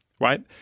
right